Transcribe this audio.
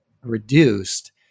reduced